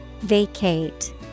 Vacate